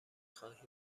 خواهیم